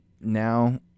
now